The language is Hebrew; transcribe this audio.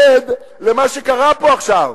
עד למה שקרה פה עכשיו.